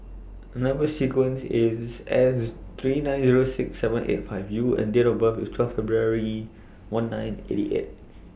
Number sequence IS S three nine Zero six seven eight five U and Date of birth IS twelve February one nine eighty eight